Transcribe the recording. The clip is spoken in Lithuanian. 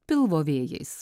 pilvo vėjais